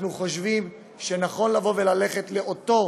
אנחנו חושבים שנכון ללכת לאותו